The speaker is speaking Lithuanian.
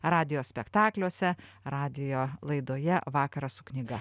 radijo spektakliuose radijo laidoje vakaras su knyga